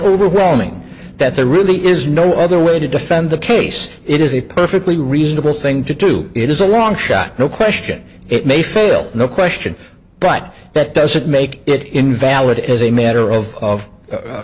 overwhelming that there really is no other way to defend the case it is a perfectly reasonable thing to do it is a long shot no question it may fail no question but that doesn't make it invalid as a matter of